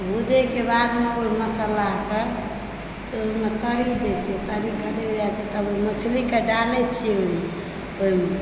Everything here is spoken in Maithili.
भूजए कऽ बादमे ओहि मसालाके से ओहिमे तरी दए छियै तरी खदकि जाइत छै तब ओहि मछलीके डालए छियै ओहिमे ओहिमे